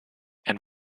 and